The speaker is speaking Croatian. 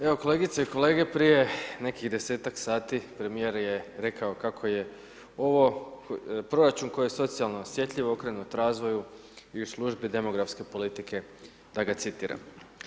Evo kolegice i kolege, prije nekih 10-tak sati premijer je rekao kako je ovo, proračun koji je socijalno osjetljiv, okrenut razvoju i Službi demografske politike, da ga citiran.